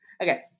Okay